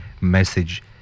message